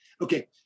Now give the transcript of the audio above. Okay